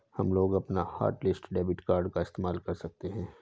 हमलोग अपना hotlist debit card का इस्तेमाल कर सकते हैं